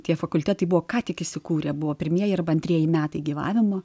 tie fakultetai buvo ką tik įsikūrę buvo pirmieji arba antrieji metai gyvavimo